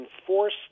enforce